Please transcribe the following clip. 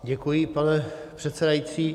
Děkuji, pane předsedající.